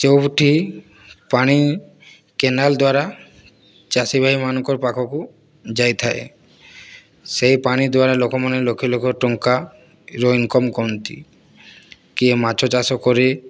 ଯେଉଁଠି ପାଣି କେନାଲ ଦ୍ୱାରା ଚାଷୀ ଭାଇମାନଙ୍କର ପାଖକୁ ଯାଇଥାଏ ସେହି ପାଣି ଦ୍ୱାରା ଲୋକମାନେ ଲକ୍ଷ ଲକ୍ଷ ଟଙ୍କାର ଇନ୍କମ୍ କରନ୍ତି କିଏ ମାଛ ଚାଷ କରେ